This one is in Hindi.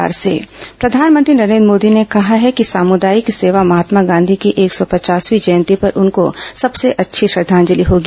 मन की बात प्रधानमंत्री नरेन्द्र मोदी ने कहा है कि सामुदायिक सेवा महात्मा गांधी की एक सौ पचासवीं जयंती पर उनको सबसे अच्छी श्रद्वांजलि होगी